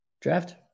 draft